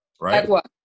right